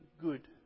good